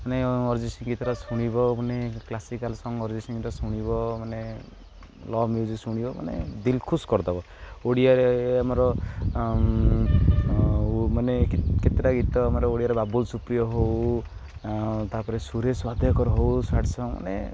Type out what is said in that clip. ମାନେ ଅରିଜିତ ସିଂ ଗୀତଟା ଶୁଣିବ ମାନେ କ୍ଲାସିକାଲ୍ ସଙ୍ଗ୍ ଅରିଜିତ ସିଂଟା ଶୁଣିବ ମାନେ ଲଭ୍ ମ୍ୟୁଜିକ୍ ଶୁଣିବ ମାନେ ଦିଲ୍ଖୁସ୍ କରିଦେବ ଓଡ଼ିଆରେ ଆମର ମାନେ କେତେଟା ଗୀତ ଆମର ଓଡ଼ିଆରେ ବାବୁଲ ସୁପ୍ରିୟ ହଉ ତାପରେ ସୁରେଶ ଵାଧକର ହଉ ସାଡ଼ ସଙ୍ଗ ମାନେ